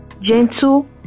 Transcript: gentle